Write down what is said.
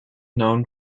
known